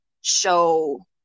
show